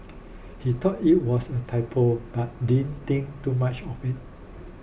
he thought it was a typo but didn't think too much of it